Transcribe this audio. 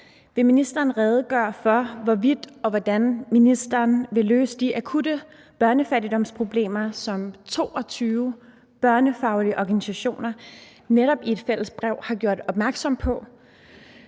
Vil ministeren redegøre for, hvorvidt og hvordan ministeren vil løse de akutte børnefattigdomsproblemer, som 22 børnefaglige organisationer netop i et fælles brev har gjort opmærksom på,